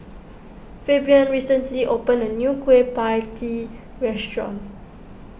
Fabian recently opened a new Kueh Pie Tee restaurant